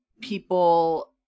people